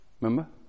remember